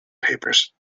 papers